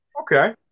Okay